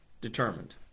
determined